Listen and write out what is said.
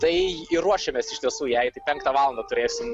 tai ruošiamės iš tiesų jai tai penktą valandą turėsim